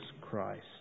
Christ